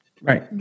Right